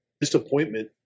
disappointment